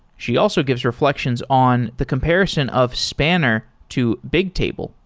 she also gives reflections on the comparison of spanner to bigtable.